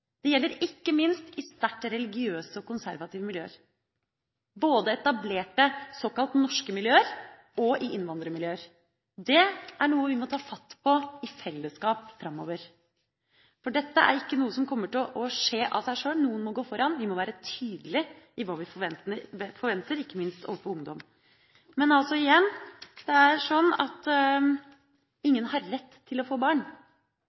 Det gjelder ikke minst i sterkt religiøse og konservative miljøer – både i etablerte, såkalt norske miljøer og i innvandrermiljøer. Det er noe vi må ta fatt på i fellesskap framover. Dette er ikke noe som kommer til å skje av seg sjøl – noen må gå foran. Vi må være tydelige på hva vi forventer, ikke minst overfor ungdom. Igjen: Ingen har rett til å få barn, men jeg er veldig glad for at alle nå har rett til å